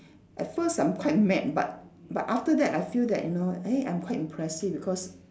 at first I'm quite mad but but after that I feel that you know eh I'm quite impressive because